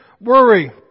worry